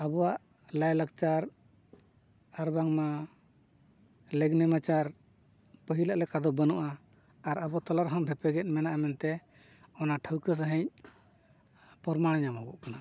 ᱟᱵᱚᱣᱟᱜ ᱞᱟᱭᱼᱞᱟᱠᱪᱟᱨ ᱟᱨ ᱵᱟᱝᱢᱟ ᱞᱮᱜᱽᱼᱱᱮᱢᱟᱪᱟᱨ ᱯᱟᱹᱦᱤᱞᱟᱜ ᱞᱮᱠᱟ ᱫᱚ ᱵᱟᱹᱱᱩᱜᱼᱟ ᱟᱨ ᱟᱵᱚ ᱛᱟᱞᱟ ᱨᱮᱦᱚᱸ ᱵᱷᱮᱯᱮᱜᱮᱫ ᱢᱮᱱᱟᱜᱼᱟ ᱢᱮᱱᱛᱮ ᱚᱱᱟ ᱴᱷᱟᱹᱣᱠᱟᱹ ᱥᱟᱺᱦᱤᱡ ᱯᱚᱨᱢᱟᱱ ᱧᱟᱢᱚᱜᱚᱜ ᱠᱟᱱᱟ